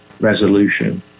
resolution